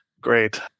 great